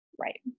Right